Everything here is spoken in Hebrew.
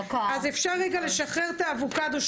אז אפשר רגע לשחרר את האבוקדו,